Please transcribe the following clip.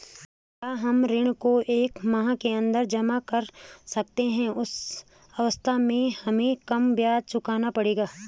क्या हम ऋण को एक माह के अन्दर जमा कर सकते हैं उस अवस्था में हमें कम ब्याज चुकाना पड़ेगा?